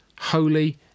holy